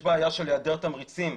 יש בעיה של היעדר תמריצים,